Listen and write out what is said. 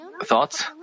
thoughts